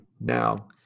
now